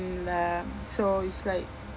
and uh so it's like